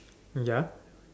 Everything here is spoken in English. ya